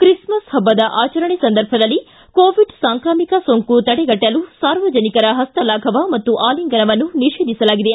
Christmas ಹಬ್ಬದ ಆಚರಣೆ ಸಂದರ್ಭದಲ್ಲಿ ಕೋವಿಡ್ ಸಾಂಕ್ರಾಮಿಕ ಸೋಂಕು ತಡೆಗಟ್ಟಲು ಸಾರ್ವಜನಿಕರ ಹಸ್ತಲಾಘವ ಮತ್ತು ಆಲಿಂಗನವನ್ನು ನಿಷೇಧಿಸಲಾಗಿದೆ